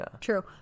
true